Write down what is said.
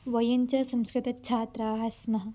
वयञ्च संस्कृतछात्राः स्मः